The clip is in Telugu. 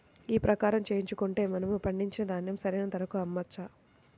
ఈ క్రాప చేయించుకుంటే మనము పండించిన ధాన్యం సరైన ధరకు అమ్మవచ్చా?